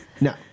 No